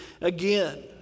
again